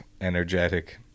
energetic